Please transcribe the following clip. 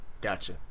Gotcha